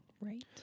right